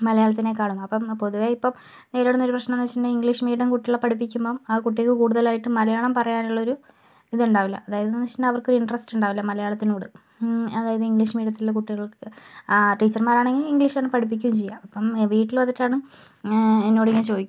മലയാളത്തിനേക്കാളും അപ്പം പൊതുവെ ഇപ്പം നേരിടുന്ന ഒരു പ്രശ്നമെന്തെന്നു വച്ചിട്ടുണ്ടെങ്കില് ഇംഗ്ലീഷ് മീഡിയം കുട്ടികളെ പഠിപ്പിക്കുമ്പം ആ കുട്ടിക്ക് കൂടുതലായിട്ടും മലയാളം പറയാനുള്ളൊരു ഇതുണ്ടാവില്ല അതായതെന്നച്ച അവർക്കു ഇന്ട്രെസ്റ് ഉണ്ടാവില്ല മലയാളത്തിനോട് അതായത് ഇംഗ്ലീഷ് മീഡിയത്തിലുള്ള കുട്ടികൾക്ക് ആ ടീച്ചർമാരാണെങ്കിൽ ഇംഗ്ലീഷ് തന്നെ പഠിപ്പിക്കും ചെയ്യാം അപ്പം വീട്ടിൽ വന്നിട്ടാണ് എന്നോടിങ്ങനെ ചോദിക്കും